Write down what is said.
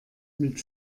mit